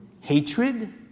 hatred